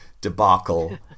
debacle